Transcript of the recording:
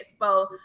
Expo